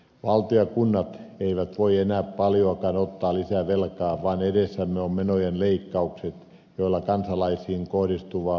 valtio ja kunnat eivät voi enää paljoakaan ottaa lisävelkaa vaan edessämme on menojen leikkaukset joilla kansalaisiin kohdistuvaa verorasitusta puretaan